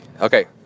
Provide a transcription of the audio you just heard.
okay